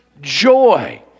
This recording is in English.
joy